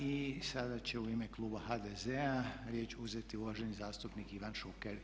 I sada će u ime kluba HDZ-a riječ uzeti uvaženi zastupnik Ivan Šuker.